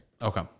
Okay